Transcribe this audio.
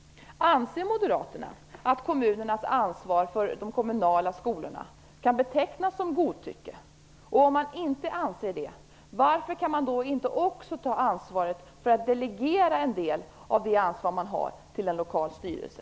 Anser Moderaterna att kommunernas ansvar för de kommunala skolorna kan betecknas som godtycke? Om man inte anser det, varför kan man då inte också ta ansvaret för att delegera en del av ansvaret till en lokal styrelse?